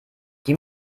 die